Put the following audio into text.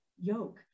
yoke